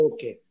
Okay